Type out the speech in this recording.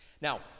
Now